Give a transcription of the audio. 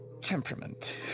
Temperament